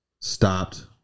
stopped